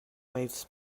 waves